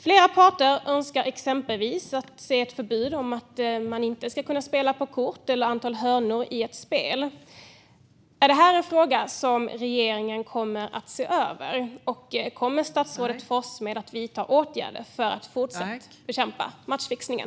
Flera parter önskar exempelvis se ett förbud mot att kunna spela på gula och röda kort eller på antal hörnor i ett spel. Är detta en fråga som regeringen kommer att se över? Och kommer statsrådet Forssmed att vidta åtgärder för att fortsatt bekämpa matchfixningen?